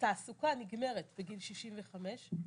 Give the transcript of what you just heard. התעסוקה נגמרת בגיל 65,